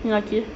ya okay